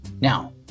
Now